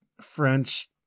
french